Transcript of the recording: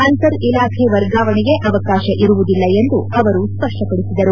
ಅಂತರ್ ಇಲಾಖೆ ವರ್ಗಾವಣೆಗ ಅವಕಾಶ ಇರುವುದಿಲ್ಲ ಎಂದು ಅವರು ಸ್ಪಷ್ಟಪಡಿಸಿದರು